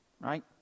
right